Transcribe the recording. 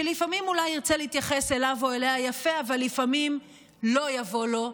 שלפעמים אולי ירצה להתייחס אליו או אליה יפה אבל לפעמים לא יבוא לו,